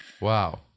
wow